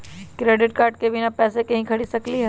Credit card से बिना पैसे के ही खरीद सकली ह?